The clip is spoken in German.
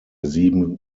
sieben